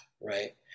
right